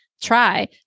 try